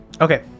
Okay